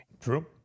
True